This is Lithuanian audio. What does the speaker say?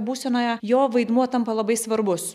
būsenoje jo vaidmuo tampa labai svarbus